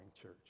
church